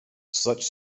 such